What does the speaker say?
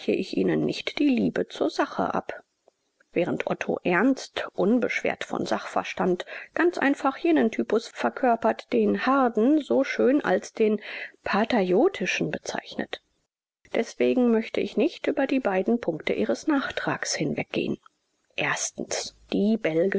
ich ihnen nicht die liebe zur sache ab während otto ernst unbeschwert von sachverstand ganz einfach jenen typus verkörpert den harden so schön als den patterjohtischen bezeichnet deshalb möchte ich nicht über die beiden punkte ihres nachtrags hinweggehen die